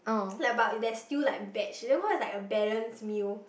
ya but if there's still like veg it's like a balanced meal